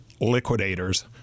liquidators